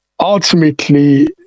ultimately